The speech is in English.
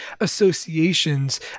associations